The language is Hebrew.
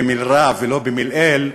במלרע ולא במלעיל,